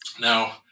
Now